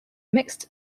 mixed